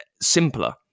simpler